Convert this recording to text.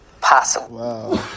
possible